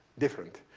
different.